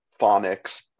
phonics